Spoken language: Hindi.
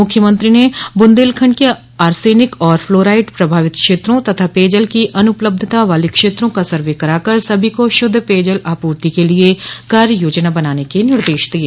मुख्यमंत्री ने बुन्देलखंड के आर्सेनिक और फ्लोराइड प्रभावित क्षेत्रों तथा पेयजल की अनपलब्धता वाले क्षेत्रों का सर्वे कराकर सभी को शुद्ध पेयजल आपूर्ति के लिए कार्य योजना बनाने के निर्देश दिये